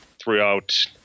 throughout